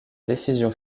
décision